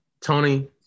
Tony